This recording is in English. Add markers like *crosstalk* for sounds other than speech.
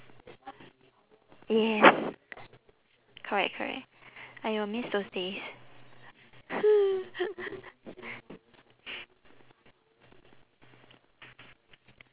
yes correct correct !aiyo! miss those days *noise*